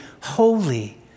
holy